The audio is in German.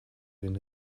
den